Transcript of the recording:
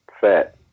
fat